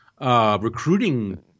recruiting